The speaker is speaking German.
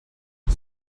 und